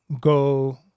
go